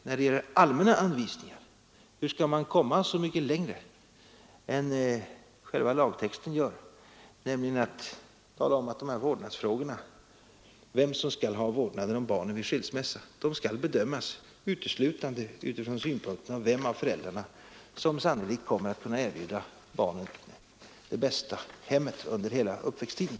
När det gäller allmänna anvisningar — hur skall man komma så mycket längre än själva lagtexten gör, nämligen att tala om att frågan om vem som skall ha vårdnaden om barnen vid skilsmässa skall bedömas uteslutande från synpunkten vem av föräldrarna som sannolikt kommer att kunna erbjuda barnen det bästa hemmet under hela uppväxttiden?